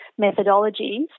methodologies